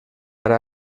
ara